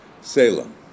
Salem